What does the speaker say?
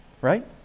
right